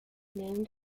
named